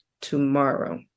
tomorrow